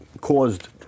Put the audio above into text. caused